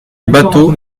bâteau